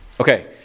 Okay